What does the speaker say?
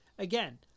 Again